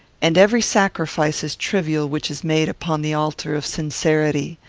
and every sacrifice is trivial which is made upon the altar of sincerity.